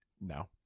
No